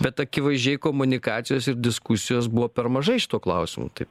bet akivaizdžiai komunikacijos ir diskusijos buvo per mažai šituo klausimu tai